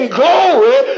glory